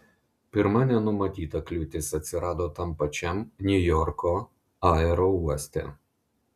pirma nenumatyta kliūtis atsirado tam pačiam niujorko aerouoste